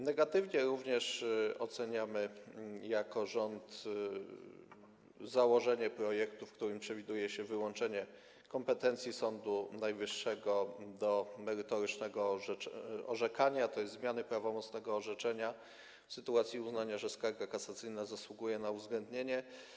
Negatywnie również oceniamy jako rząd założenie projektu, w którym przewiduje się wyłączenie kompetencji Sądu Najwyższego do merytorycznego orzekania, tj. zmiany prawomocnego orzeczenia w sytuacji uznania, że skarga kasacyjna zasługuje na uwzględnienie.